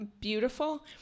beautiful